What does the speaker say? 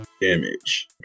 damage